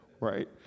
right